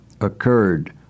occurred